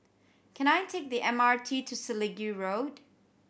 can I take the M R T to Selegie Road